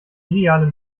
ideale